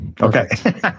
Okay